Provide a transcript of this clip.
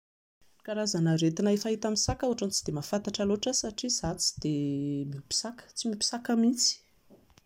Ny karazana aretina fahita amin'ny saka ohatran'ny tsy dia mahafantatra loatra aho satria izaho tsy dia miolmpy saka, tsy miompy saka mihintsy